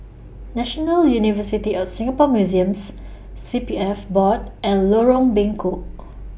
National University of Singapore Museums C P F Board and Lorong Bengkok